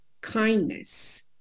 kindness